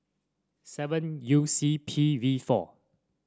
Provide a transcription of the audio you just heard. seven U C P V four